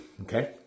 okay